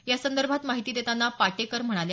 यासंदर्भात माहिती देतांना पाटेकर म्हणाल्या